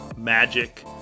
magic